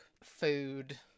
food